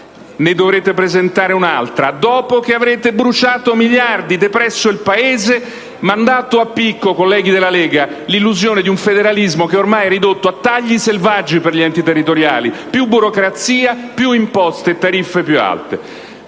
Dovrete presentarne un'altra, dopo che avrete bruciato miliardi, dopo che avrete depresso il Paese, dopo che avrete mandato a picco, colleghi della Lega, l'illusione di un federalismo ormai ridotto a tagli selvaggi per gli enti territoriali, con più burocrazia, più imposte e tariffe più alte.